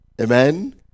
Amen